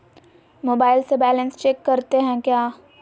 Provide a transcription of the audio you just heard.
Mobile से balance check करते हैं क्या?